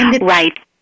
Right